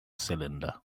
cylinder